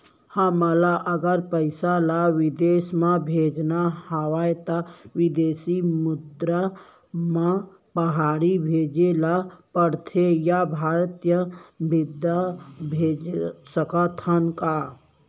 हमन ला अगर पइसा ला विदेश म भेजना हवय त विदेशी मुद्रा म पड़ही भेजे ला पड़थे या भारतीय मुद्रा भेज सकथन का?